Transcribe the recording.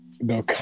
No